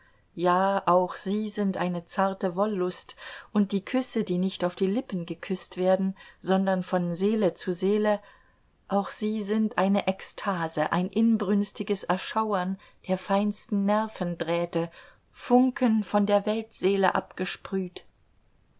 ja auch sie sind eine zarte wollust und die küsse die nicht auf die lippen geküßt werden sondern von seele zu seele auch sie sind eine ekstase ein inbrünstiges erschauern der feinsten nervendrähte funken von der weltseele abgesprüht